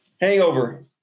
hangover